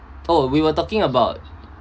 oh we were talking about